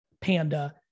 panda